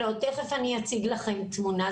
תכף אני אציג לכם תמונה.